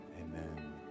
amen